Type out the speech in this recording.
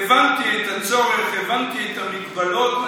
הבנתי את הצורך, הבנתי את המגבלות.